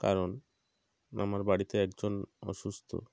কারণ আমার বাড়িতে একজন অসুস্থ